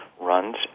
runs